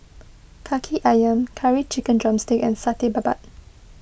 Kaki Ayam Curry Chicken Drumstick and Satay Babat